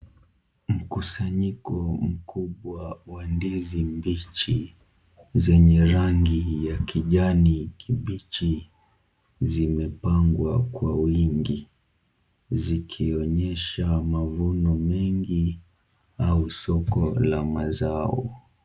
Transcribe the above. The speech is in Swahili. Mkusanyiko mkubwa wa ndizi mbichi, zenye rangi ya kijani kibichi, zimepangwa kwa wingi, zikionyesha mavuno mengi au soko la mazao.